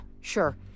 sure